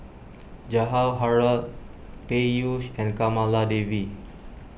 Jawaharlal Peyush and Kamaladevi